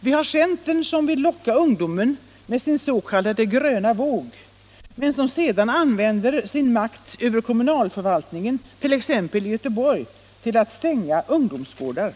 Vi har centern som vill locka ungdomen med sin s.k. gröna våg men som sedan använder sin makt över kommunalförvaltningen — t.ex. i Göteborg — till att stänga ungdomsgårdar.